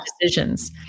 decisions